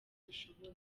dushoboye